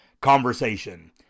conversation